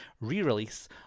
re-release